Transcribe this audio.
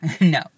No